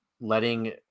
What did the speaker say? letting